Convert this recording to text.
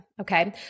okay